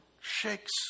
shakes